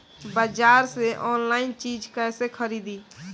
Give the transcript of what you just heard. बाजार से आनलाइन चीज कैसे खरीदी?